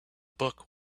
book